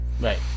Right